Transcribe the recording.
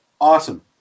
Awesome